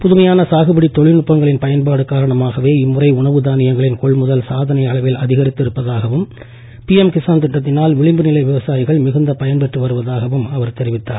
புதுமையான சாகுபடி தொழில்நுட்பங்களின் பயன்பாடு காரணமாகவே இம்முறை உணவு தானியங்களின் கொள் முதல் சாதனை அளவில் அதிகரிக்க இருப்பதாகவும் பிஎம் கிசான் திட்டத்தினால் விளிம்பு நிலை விவசாயிகள் மிகுந்த பயன் பெற்று வருவதாகவும் அவர் தெரிவித்தார்